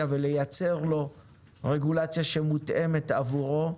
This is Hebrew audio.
ולייצר לו רגולציה שמותאמת עבורו,